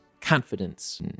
confidence